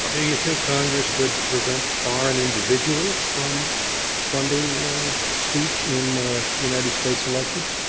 um do you think congress could prevent foreign individuals from funding speech in united states elections?